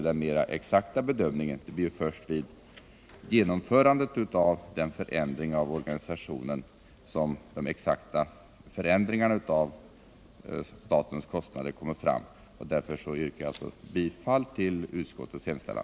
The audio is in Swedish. Det är ju först vid genomförandet av organisationsförändringen som de exakta kostnaderna för staten kommer fram. Jag yrkar därför bifall till utskottets hemställan.